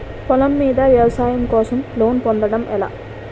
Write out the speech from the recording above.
పొలం మీద వ్యవసాయం కోసం లోన్ పొందటం ఎలా?